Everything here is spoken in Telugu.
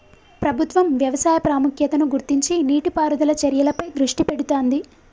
ప్రభుత్వం వ్యవసాయ ప్రాముఖ్యతను గుర్తించి నీటి పారుదల చర్యలపై దృష్టి పెడుతాంది